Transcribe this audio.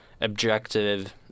objective